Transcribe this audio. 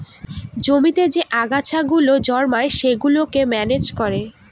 জমিতে যে আগাছা গুলো জন্মায় সেগুলোকে ম্যানেজ করে